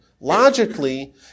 logically